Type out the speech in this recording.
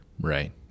Right